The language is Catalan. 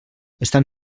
estan